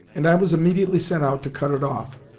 and i was immediately sent out to cut it off.